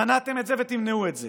מנעתם את זה ותמנעו את זה.